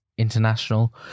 international